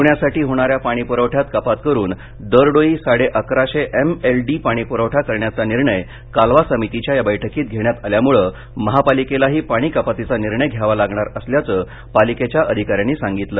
पृण्यासाठी होणाऱ्या पाणी पुरवठ्यात कपात करून दरडोई साडे अकराशे एम एल डी पाणी पुरवठा करण्याचा निर्णय कालवा समितीच्या या बैठकीत घेण्यात आल्यामुळे महापालिकेलाही पाणी कपातीचा निर्णय घ्यावा लागणार असल्याचं पालिकेच्या अधिकाऱ्यांनी सांगितलं